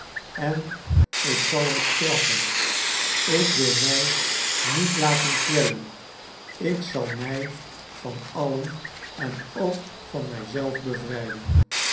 en ik zal hem straffen ik wil mij niet laten kwellen ik zal mij van allen en ook van mij zelf bevrijden